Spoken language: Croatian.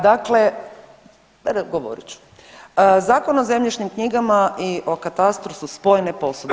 Dakle, govorit ću, Zakon o zemljišnim knjigama i o katastru su spojene posude.